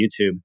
YouTube